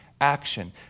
action